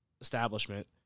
establishment